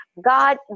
God